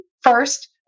first